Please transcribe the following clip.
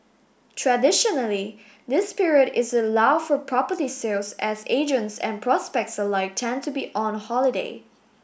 traditionally this period is a lull for property sales as agents and prospects alike tend to be on holiday